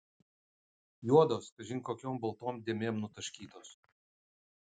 juodos kažin kokiom baltom dėmėm nutaškytos